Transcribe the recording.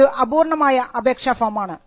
ഇതൊരു അപൂർണ്ണമായ അപേക്ഷ ഫോമാണ്